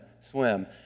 swim